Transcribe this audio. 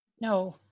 No